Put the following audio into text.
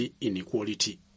inequality